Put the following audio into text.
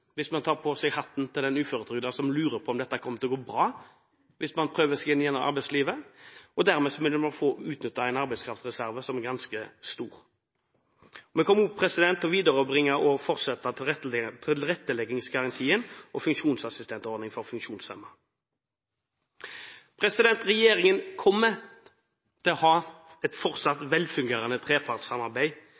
hvis man tar på seg hatten til den uføretrygdede som lurer på om dette kommer til å gå bra, hvis man prøver seg igjen i arbeidslivet – og dermed vil man få utnyttet en arbeidskraftreserve som er ganske stor. Vi kommer også til å videreføre og fortsette tilretteleggingsgarantien og funksjonsassistentordningen for funksjonshemmede. Regjeringen kommer til å ha et fortsatt velfungerende trepartssamarbeid,